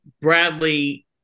Bradley